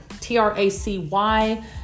T-R-A-C-Y